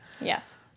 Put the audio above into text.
Yes